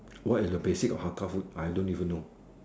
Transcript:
what is the basic of hakka food I don't even know